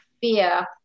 fear